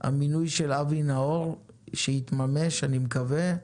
המינוי של אבי נאור שיתממש, אני מקווה,